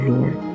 Lord